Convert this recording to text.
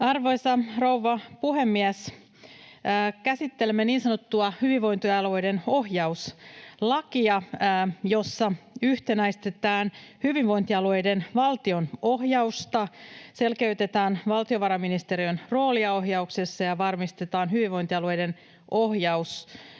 Arvoisa rouva puhemies! Käsittelemme niin sanottua hyvinvointialueiden ohjauslakia, jossa yhtenäistetään hyvinvointialueiden valtionohjausta, selkeytetään valtiovarainministeriön roolia ohjauksessa ja varmistetaan, että hyvinvointialueiden ohjaus